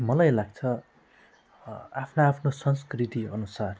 मलाई लाग्छ आफ्नो आफ्नो संस्कृति अनुसार